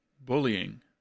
Bullying